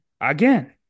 again